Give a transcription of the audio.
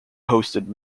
hosted